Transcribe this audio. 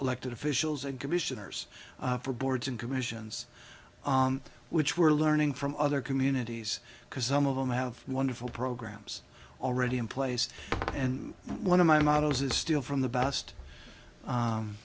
elected officials and commissioners for boards and commissions which we're learning from other communities because some of them have wonderful programs already in place and one of my models is still from the best